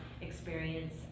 experience